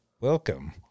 welcome